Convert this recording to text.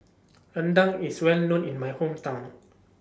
Rendang IS Well known in My Hometown